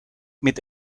mit